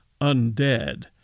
undead